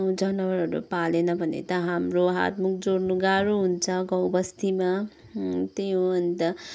जनावरहरू पालेन भने त हाम्रो हात मुख जोड्नु गाह्रो हुन्छ गाउँ बस्तीमा त्यही हो अन्त